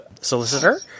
solicitor